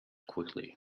quickly